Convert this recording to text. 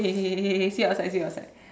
K K K K K see you outside see you outside